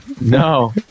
No